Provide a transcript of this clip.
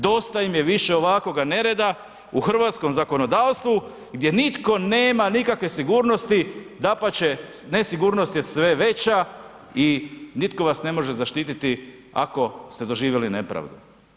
Dosta im je više ovakvoga nereda u hrvatskom zakonodavstvu gdje nitko nema nikakve sigurnosti, dapače, nesigurnost je sve veća i nitko vas ne može zaštititi ako ste doživjeli nepravdu.